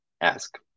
ask